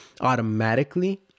automatically